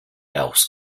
else